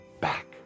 back